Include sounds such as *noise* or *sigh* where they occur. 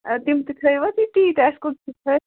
تِم تہِ تھٲیِو حظ تُہۍ *unintelligible*